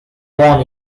born